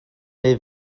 neu